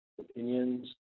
opinions